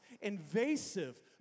invasive